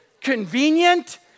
convenient